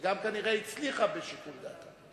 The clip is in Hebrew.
וגם כנראה הצליחה בשיקול דעתה.